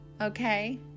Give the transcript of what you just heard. okay